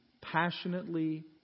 passionately